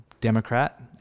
Democrat